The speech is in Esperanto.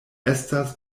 estas